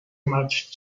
much